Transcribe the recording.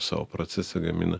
savo procese gamina